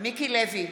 מיקי לוי,